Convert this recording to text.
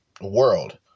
world